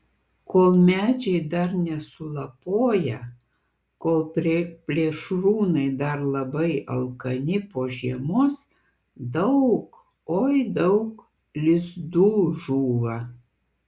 kol medžiai dar nesulapoję kol plėšrūnai dar labai alkani po žiemos daug oi daug lizdų žūva